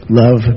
love